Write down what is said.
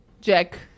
Jack